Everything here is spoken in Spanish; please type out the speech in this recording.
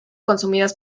consumidas